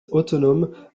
autonome